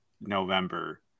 November